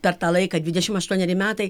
per tą laiką dvidešim aštuoneri metai